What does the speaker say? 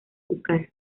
júcar